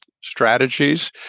strategies